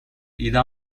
ایده